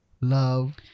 love